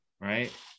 right